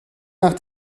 nach